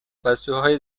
پستوهای